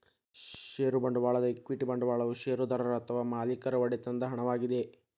ಷೇರು ಬಂಡವಾಳದ ಈಕ್ವಿಟಿ ಬಂಡವಾಳವು ಷೇರುದಾರರು ಅಥವಾ ಮಾಲೇಕರ ಒಡೆತನದ ಹಣವಾಗಿದೆ